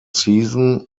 season